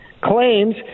claims